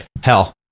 hell